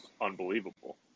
unbelievable